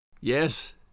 Yes